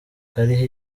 kariho